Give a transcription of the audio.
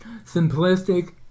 Simplistic